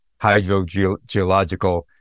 hydrogeological